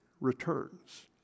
returns